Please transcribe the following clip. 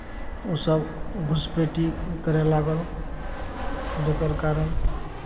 ओसभ घुसपैठी करय लागल जकर कारण